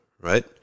right